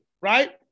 right